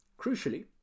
Crucially